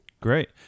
Great